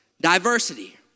diversity